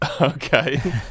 Okay